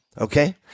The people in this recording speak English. okay